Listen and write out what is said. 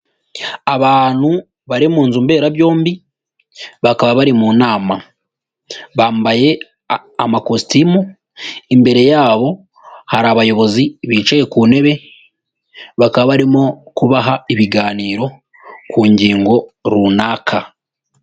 Abantu bari munzu mberabyombi bakaba bari mu inama bambaye amakositimu imbere yabo hari abayobozi bicaye ku ntebe bakaba barimo kubaha ibiganiro ku ngingo runaka.